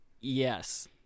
yes